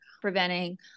preventing